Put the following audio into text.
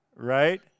Right